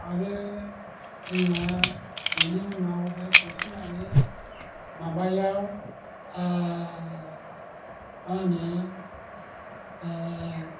आरो जोंनिया बिनि उनाव बे थांखांनानै माबायाव मा होनो